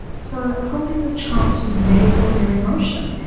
so helping your child to label their emotion.